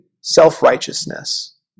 self-righteousness